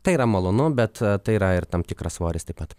tai yra malonu bet tai yra ir tam tikras svoris taip pat